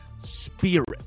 spirit